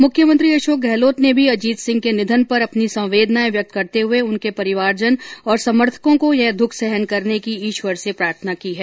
मुख्यमंत्री अशोक गहलोत ने भी अजीत सिंह के निधन पर अपनी संवेदनाएं व्यक्त करते हुए उनके परिवारजन और समर्थको को यह दुःख सहन करने की ईश्वर से प्रार्थना की है